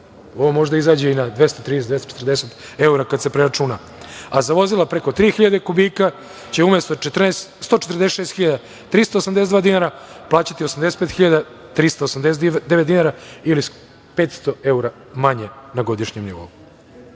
Ovo može da izađe i na 230 i 240 evra kada se preračuna. Za vozila preko 3.000 kubika će umesto 146.382 dinara plaćati 85.389 dinara ili 500 evra manje na godišnjem nivou